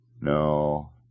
No